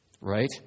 Right